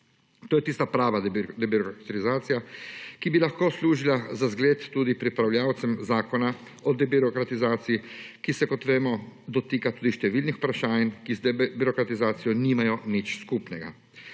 To je tista prava debirokratizacija, ki bi lahko služila za zgled tudi pripravljavcem zakona o debirokratizaciji, ki se, kot vemo, dotika tudi številnih vprašanj, ki z debirokratizacijo nimajo nič skupnega.